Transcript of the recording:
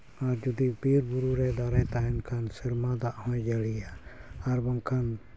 ᱟᱨ ᱡᱩᱫᱤ ᱵᱤᱨ ᱵᱩᱨᱩᱨᱮ ᱫᱟᱨᱮ ᱛᱟᱦᱮᱱ ᱠᱷᱟᱱ ᱥᱮᱨᱢᱟ ᱫᱟᱜ ᱦᱚᱸᱭ ᱡᱟᱹᱲᱤᱭᱟ ᱟᱨ ᱵᱟᱝᱠᱷᱟᱱ